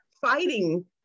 fighting